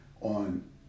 on